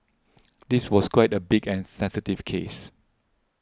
this was quite a big and sensitive case